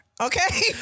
Okay